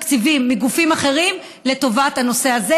תקציבים מגופים אחרים לטובת הנושא הזה.